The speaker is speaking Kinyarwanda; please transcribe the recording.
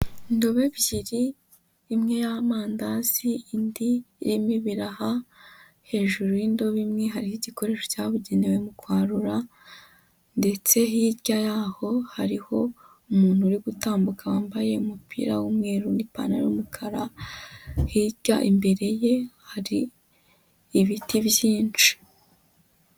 Indobo ebyiri; imwe y'amandazi, indi irimo ibiraha, hejuru y'indobo imwe hari igikoresho cyabugenewe mu kwarura, ndetse hirya y'aho hariho umuntu uri gutambuka wambaye umupira w'umweru n'ipantaro y'umukara, hirya imbere ye, hari ibiti byinshi.